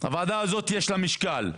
שיש לה הרבה משקל.